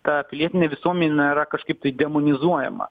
ta pilietinė visuomenė yra kažkaip tai demonizuojama